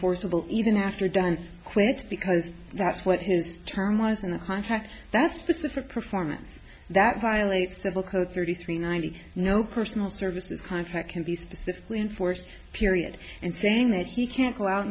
forcible even after done quotes because that's what his term was in the contract that's specific performance that violates civil code thirty three ninety no personal services contract can be specifically enforced period and saying that he can't go out